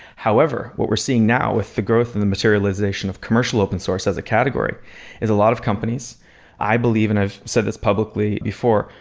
however, what we're now with the growth and the materialization of commercial open source as a category is a lot of companies i believe, and i've said this publicly before,